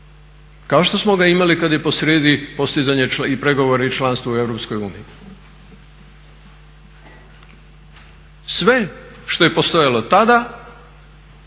Kao što smo ga imali kad je posrijedi postizanje i pregovori i članstvo u EU. Sve što je postojalo tada